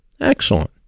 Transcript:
Excellent